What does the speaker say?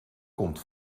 komt